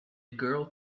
girl